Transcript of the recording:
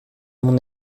mon